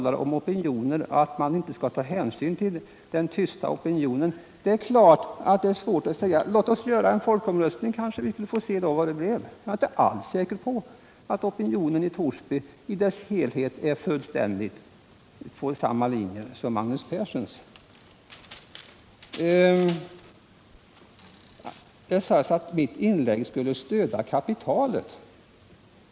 Det har sagts här att man inte skall ta hänsyn till den tysta opinionen. Låt oss göra en folkomröstning, så kanske vi får veta vad opinionen 81 anser. Jag är inte alls säker på att opinionen i Torsby är på fullständigt samma linje som Magnus Persson. Det sades att mitt inlägg var ett stöd åt kapitalet.